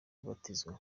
kubatizwa